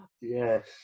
yes